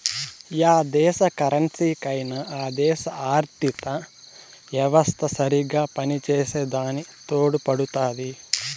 yeah దేశ కరెన్సీకైనా ఆ దేశ ఆర్థిత యెవస్త సరిగ్గా పనిచేసే దాని తోడుపడుతాది